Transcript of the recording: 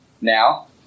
Now